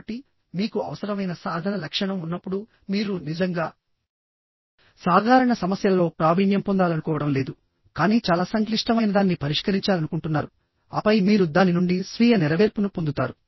కాబట్టి మీకు అవసరమైన సాధన లక్షణం ఉన్నప్పుడు మీరు నిజంగా సాధారణ సమస్యలలో ప్రావీణ్యం పొందాలనుకోవడం లేదు కానీ చాలా సంక్లిష్టమైనదాన్ని పరిష్కరించాలనుకుంటున్నారు ఆపై మీరు దాని నుండి స్వీయ నెరవేర్పును పొందుతారు